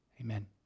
amen